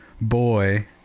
boy